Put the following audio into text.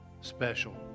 special